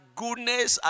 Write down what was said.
goodness